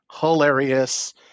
hilarious